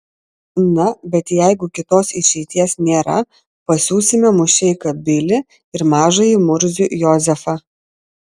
na bet jeigu kitos išeities nėra pasiųsime mušeiką bilį ir mažąjį murzių jozefą